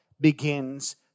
begins